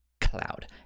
cloud